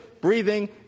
breathing